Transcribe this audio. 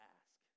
ask